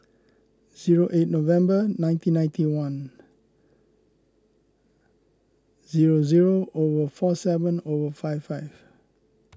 zero eight November nineteen ninety one zero zero over four seven over five five